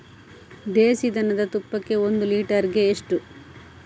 ದೇಸಿ ದನದ ತುಪ್ಪಕ್ಕೆ ಒಂದು ಲೀಟರ್ಗೆ ಎಷ್ಟು?